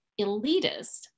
elitist